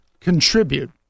contribute